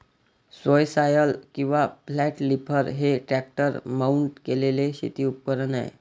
subsoiler किंवा flat lifter हे tractor mount केलेले शेती उपकरण आहे